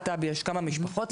כמה משפחות,